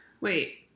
Wait